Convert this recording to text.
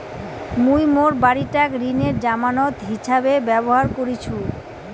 মুই মোর বাড়িটাক ঋণের জামানত হিছাবে ব্যবহার করিসু